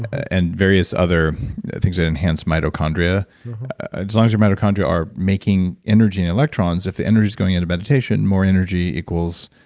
and various other things that enhance mitochondria, as long as your mitochondria are making energy and electrons, if your energy is going into meditation, more energy equals.